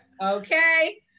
Okay